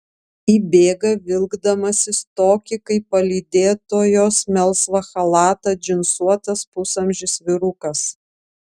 įbėga vilkdamasis tokį kaip palydėtojos melsvą chalatą džinsuotas pusamžis vyrukas